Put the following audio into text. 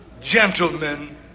Gentlemen